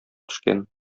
төшкән